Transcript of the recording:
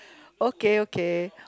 okay okay